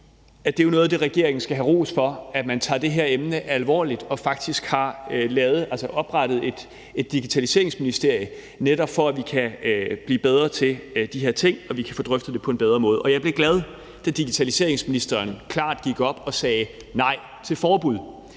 For det er jo noget af det, regeringen skal have ros for, nemlig at man tager det her emne alvorligt og faktisk har oprettet et digitaliseringsministerie, netop for at vi kan blive bedre til de her ting og vi kan få drøftet det på en bedre måde. Jeg blev glad, da digitaliseringsministeren gik op og klart sagde nej til forbud.